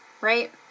right